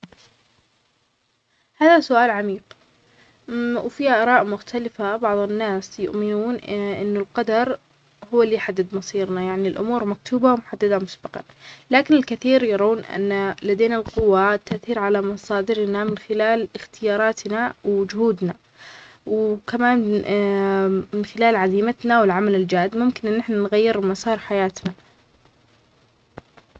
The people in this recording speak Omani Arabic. هذا سؤال عميق، في المختلفة بعض الناس يؤمنون أنو القدر هو اللى يحدد مصيرنا، يعنى الأمور مكتوبة ومحددة مسبقاً، لكن الكثير يرون أن لدينا القوة للتأثير على مصادرنا من خلال إختياراتنا وجهودنا، وكمان من خلال عزيمتنا والعمل الجاد ممكن أن نحنا نغير مسار حياتنا.